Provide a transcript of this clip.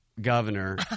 Governor